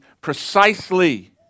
precisely